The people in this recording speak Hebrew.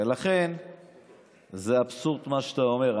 ולכן זה אבסורד מה שאתה אומר.